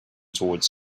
toward